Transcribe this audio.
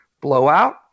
blowout